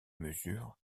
mesure